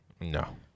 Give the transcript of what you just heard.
No